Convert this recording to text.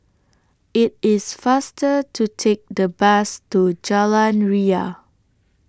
IT IS faster to Take The Bus to Jalan Ria